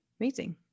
Amazing